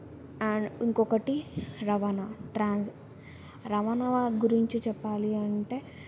and ఇంకొకటి రవాణా ట్రా రవాణా గురించి చెప్పాలి అంటే